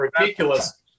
ridiculous